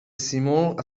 سیمرغ